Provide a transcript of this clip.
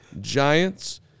Giants